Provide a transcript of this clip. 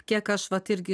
kiek aš vat irgi